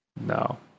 No